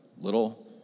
little